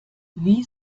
wie